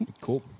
Cool